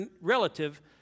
relative